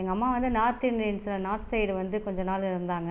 எங்கள் அம்மா வந்து நார்த் இந்தியன்ஸ் நார்த் சைடு வந்து கொஞ்ச நாள் இருந்தாங்க